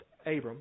Abram